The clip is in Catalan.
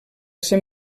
ser